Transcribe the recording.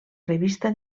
revista